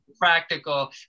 practical